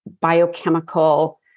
biochemical